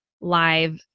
live